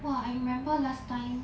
!wah! I remember last time